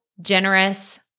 generous